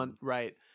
right